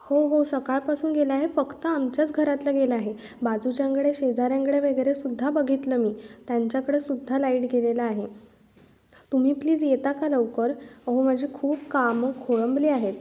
हो हो सकाळपासून गेला आहे फक्त आमच्याच घरातला गेला आहे बाजूच्यांकडे शेजाऱ्यांकडे वगैरेसुद्धा बघितलं मी त्यांच्याकडेसुद्धा लाईट गेलेला आहे तुम्ही प्लीज येता का लवकर अहो माझी खूप कामं खोळंबली आहेत